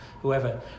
whoever